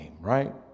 right